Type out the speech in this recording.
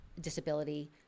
disability